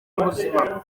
y’ubuzima